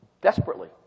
Desperately